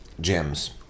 gems